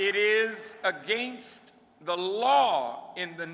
it is against the law in the